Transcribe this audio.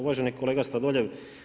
Uvaženi kolega Sladoljev.